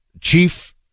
chief